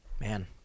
man